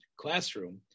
classroom